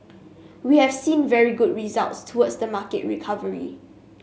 we have seen very good results towards the market recovery